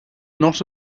not